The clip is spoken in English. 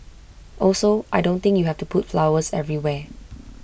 also I don't think you have to put flowers everywhere